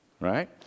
Right